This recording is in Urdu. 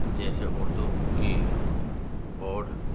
جیسے اردو کی بوڈ